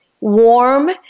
warm